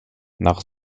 nach